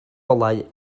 olau